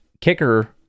kicker